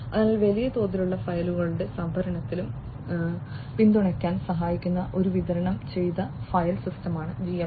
അതിനാൽ വലിയ തോതിലുള്ള ഫയലുകളുടെ സംഭരണത്തിലും സംഭരണത്തിലും പിന്തുണയ്ക്കാൻ സഹായിക്കുന്ന ഒരു വിതരണം ചെയ്ത ഫയൽ സിസ്റ്റമാണ് GFS